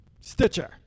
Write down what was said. Stitcher